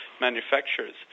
manufacturers